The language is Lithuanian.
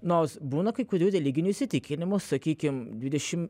nors būna kai kurių religinių įsitikinimų sakykim dvidešimt